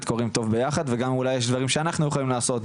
קורים טוב ביחד וגם אולי יש דברים שאנחנו יכולים לעשות,